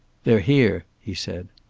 they're here! he said.